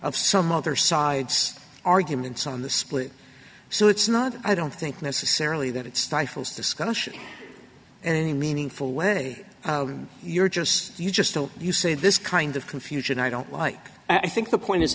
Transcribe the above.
of some other side's arguments on the split so it's not i don't think necessarily that it's time for this discussion and any meaningful when you're just you just don't you say this kind of confusion i don't like i think the point is